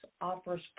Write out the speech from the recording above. offers